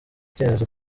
icyemezo